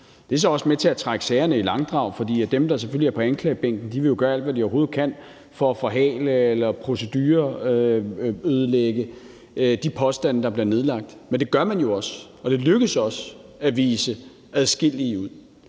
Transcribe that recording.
Det er så også med til at trække sagerne i langdrag, fordi dem, der er på anklagebænken, selvfølgelig vil gøre alt, hvad de overhovedet kan, for at forhale eller procedureødelægge de påstande, der bliver nedlagt. Men vi gør det, og det lykkes også at vise adskillige ud.